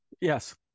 Yes